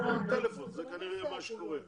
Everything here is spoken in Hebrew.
זה כנראה מה שקורה בפועל.